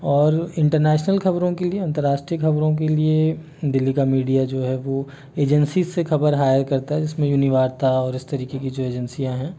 और इंटरनेशनल खबरों के लिए अंतर्राष्ट्रीय खबरों के लिए दिल्ली का मीडिया जो है वो एजेंसी से खबर हायर करता है जिसमें यूनीवार्ता और इस तरीके की जो एजेंसियां हैं